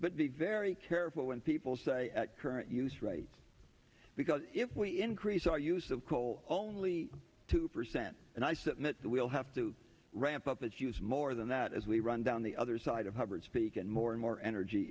but be very careful when people say at current use rates because if we increase our use of coal only two percent and i submit that we'll have to ramp up its use more than that as we run down the other side of hubbert's peak and more and more energy